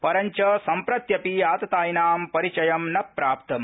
परञ्च सम्प्रत्यपि आततायिनां परिचयं न प्राप्तम्